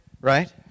Right